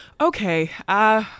Okay